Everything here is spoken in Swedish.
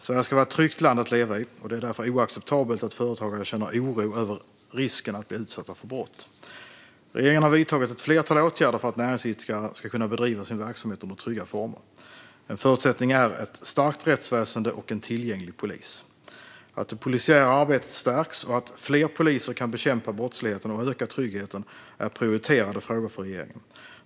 Sverige ska vara ett tryggt land att leva i, och det är därför oacceptabelt att företagare känner oro över risken att bli utsatta för brott. Regeringen har vidtagit ett flertal åtgärder för att näringsidkare ska kunna bedriva sin verksamhet under trygga former. En förutsättning är ett starkt rättsväsen och en tillgänglig polis. Att det polisiära arbetet stärks och att fler poliser kan bekämpa brottsligheten och öka tryggheten är prioriterade frågor för regeringen.